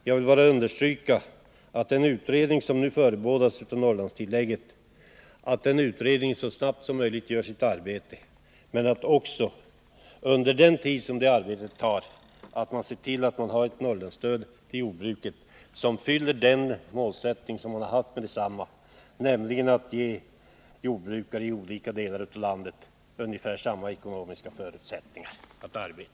Jag vill bara understryka angelägenheten av att den utredning som nu förebådas om Norrlandstillägget så snabbt som möjligt gör sitt arbete men att man också, under den tid som arbetet tar, ser till att man har ett Norrlandsstöd till jordbruket som uppfyller den målsättning man haft för detsamma, nämligen att ge jordbrukare i olika delar av landet ungefär samma ekonomiska förutsättningar att arbeta.